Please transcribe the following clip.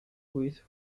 with